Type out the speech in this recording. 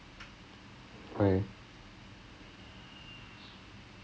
do you do you know about the injury like do you know about the injury